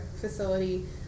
facility